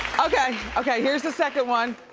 okay, okay, here's the second one.